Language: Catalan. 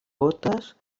gotes